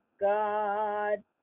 God